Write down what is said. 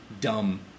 dumb